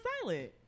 silent